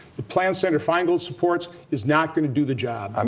the plant senator feingold supports is not going to do the job. um